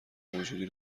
موجودی